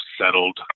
settled